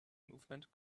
movement